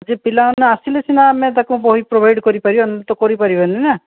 ଯେ ପିଲାମାନେ ଆସିଲେ ସିନା ଆମେ ତାଙ୍କୁ ବହି ପ୍ରୋଭାଇଡ଼୍ କରିପାରିବା ନହେଲେ ତ କରିପାରିବାନି ନା